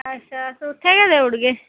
अच्छा तुसेंगी गै देई ओड़गे